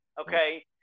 okay